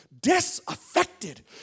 disaffected